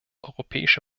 europäische